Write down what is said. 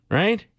right